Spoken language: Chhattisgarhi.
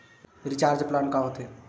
रिचार्ज प्लान का होथे?